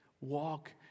Walk